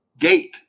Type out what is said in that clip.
gate